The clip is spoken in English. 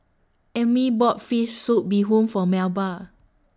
Ami bought Fish Soup Bee Hoon For Melba